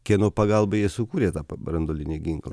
kieno pagalba jie sukūrė tą branduolinį ginklą